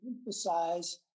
emphasize